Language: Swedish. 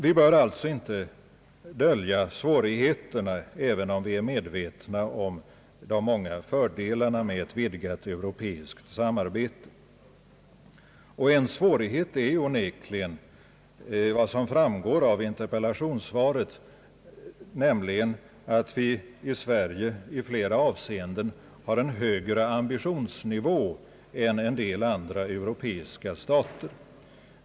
Vi bör alltså inte dölja svårigheterna, även om vi är medvetna om de många fördelarna med ett vidgat europeiskt samarbete. En svårighet är onekligen — vilket också framgår av interpellationssvaret — att vi i Sverige i flera avseenden har en högre ambitionsnivå än en del andra europeiska stater.